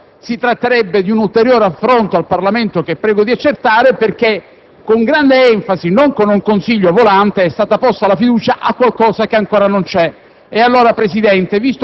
A questo punto, si tratterebbe di un ulteriore affronto al Parlamento che la prego di accertare perché con grande enfasi, e non con un Consiglio volante, è stata posta la fiducia su qualcosa che ancora non c'è.